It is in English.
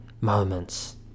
moments